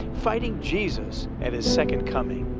fighting jesus at his second coming.